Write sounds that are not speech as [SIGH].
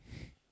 [BREATH]